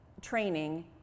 training